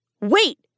Wait